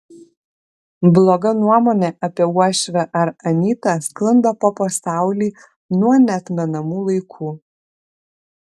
bloga nuomonė apie uošvę ar anytą sklando po pasaulį nuo neatmenamų laikų